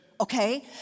okay